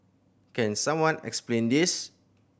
can someone explain this